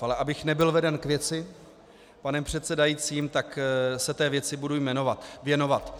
Ale abych nebyl veden k věci panem předsedajícím, tak se té věci budu věnovat.